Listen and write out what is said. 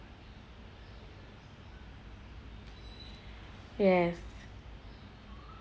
yes